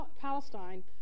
Palestine